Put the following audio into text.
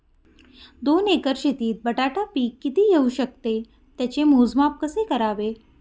दोन एकर शेतीत बटाटा पीक किती येवू शकते? त्याचे मोजमाप कसे करावे?